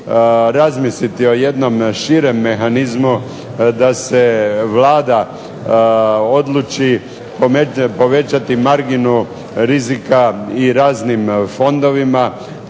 razmisliti o jednom širem mehanizmu da se Vlada odluči povećati marginu rizika i raznim fondovima